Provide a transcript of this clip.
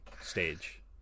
stage